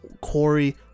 Corey